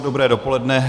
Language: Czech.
Dobré dopoledne.